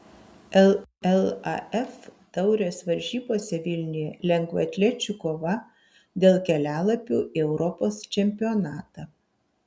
llaf taurės varžybose vilniuje lengvaatlečių kova dėl kelialapių į europos čempionatą